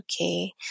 okay